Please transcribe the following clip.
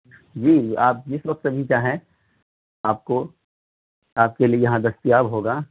جی جی آپ جس وقت بھی چاہیں آپ کو آپ کے لیے یہاں دستیاب ہوگا